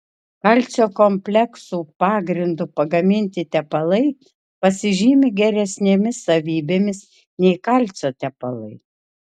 kalcio kompleksų pagrindu pagaminti tepalai pasižymi geresnėmis savybėmis nei kalcio tepalai